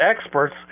experts